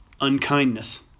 unkindness